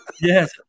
yes